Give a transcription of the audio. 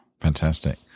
Fantastic